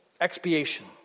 Expiation